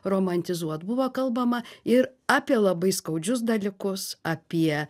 romantizuot buvo kalbama ir apie labai skaudžius dalykus apie